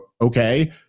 okay